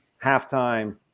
halftime